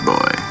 Boy